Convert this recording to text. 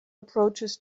approaches